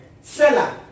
seller